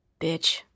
bitch